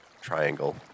triangle